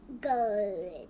Good